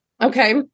Okay